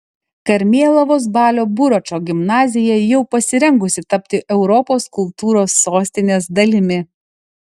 karmėlavos balio buračo gimnazija jau pasirengusi tapti europos kultūros sostinės dalimi